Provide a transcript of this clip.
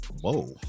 Whoa